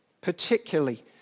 particularly